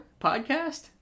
podcast